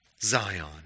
Zion